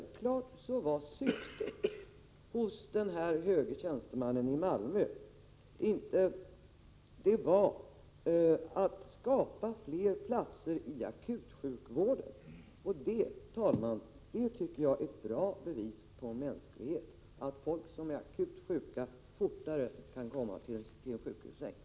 Det var en personalidé — men syftet hos den höge tjänstemannen i Malmö var självfallet att skapa fler platser i akutsjukvården. Jag tycker, herr talman, att det är ett bra bevis på mänsklighet att man försöker bidra till att folk som är akut sjuka så fort som möjligt kan komma till en sjukhussäng.